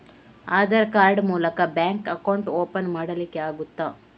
Aadhaar card ಮೂಲಕ bank account open ಮಾಡಲಿಕ್ಕೆ ಆಗುತಾ?